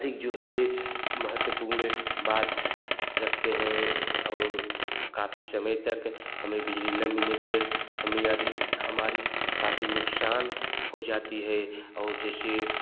अधिक जो है महत्वपूर्ण बात रखते हैं और काफ़ी समय तक हमें बिजली ना मिलने पर हमारी हमारी काफ़ी नुकसान हो जाती है और जैसे